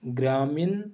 Gramin